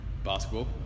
basketball